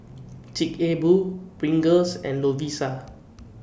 Chic A Boo Pringles and Lovisa